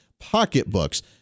pocketbooks